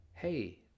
hey